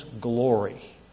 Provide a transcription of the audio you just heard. glory